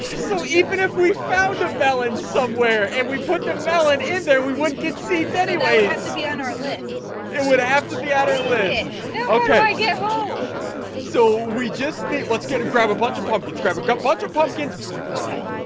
so even if we found a melon somewhere, and we put the melon in there we won't get seeds anyway you have to be on our list and would i have to be at her list, okay? i get home so we just meet let's get to grab a bunch of pumpkins grab a cup bunch of pumpkins okay?